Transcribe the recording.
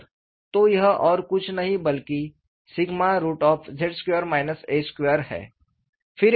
तो यह और कुछ नहीं बल्कि है